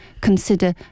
consider